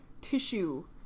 tissue